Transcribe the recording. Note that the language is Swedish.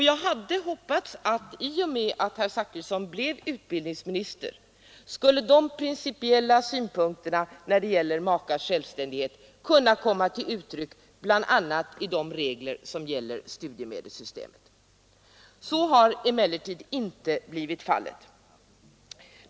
Jag hade hoppats att i och med att herr Zachrisson blev utbildningsminister skulle de principiella synpunkterna när det gäller makars självständighet kunna komma till uttryck bl.a. i reglerna inom studiemedelssystemet. Så har emellertid inte blivit fallet.